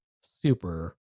super